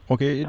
Okay